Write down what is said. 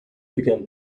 began